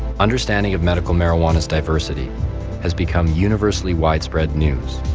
understanding of medical marijuana's diversity has become universally widespread news.